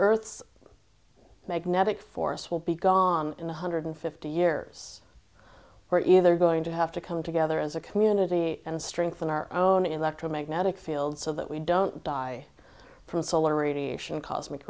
earth's magnetic force will be gone in a hundred fifty years we're either going to have to come together as a community and strengthen our own electromagnetic field so that we don't die from solar radiation cosmic